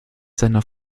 seiner